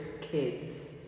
kids